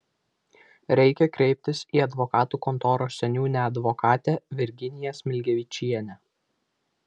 reikia kreiptis į advokatų kontoros seniūnę advokatę virginiją smilgevičienę